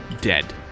dead